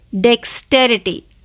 Dexterity